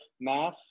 math